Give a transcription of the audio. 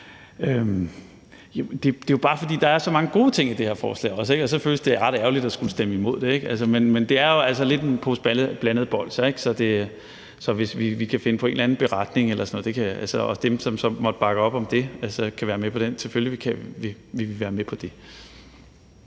Det er jo bare, fordi der også er så mange gode ting i det her forslag, at det så føles ret ærgerligt at skulle stemme imod det, ikke? Men det er jo altså lidt en pose blandede bolsjer. Så hvis vi kan finde på en beretning eller sådan noget, og hvis de, som måtte bakke op om det, så kan være med på den,